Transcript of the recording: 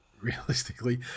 realistically